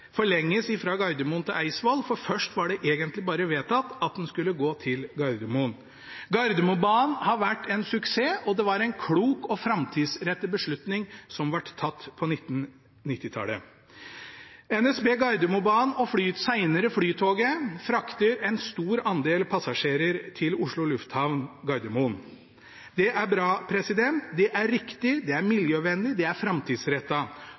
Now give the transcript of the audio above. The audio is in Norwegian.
forlenges fra Gardermoen til Eidsvoll, for først ble det vedtatt at den bare skulle gå til Gardermoen. Gardermobanen har vært en suksess, og det var en klok og framtidsrettet beslutning som ble tatt på 1990-tallet. NSB Gardermobanen – senere Flytoget – frakter en stor andel passasjerer til Oslo Lufthavn Gardermoen. Det er bra, det er riktig, det er miljøvennlig, og det er